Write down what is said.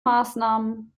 maßnahmen